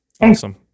Awesome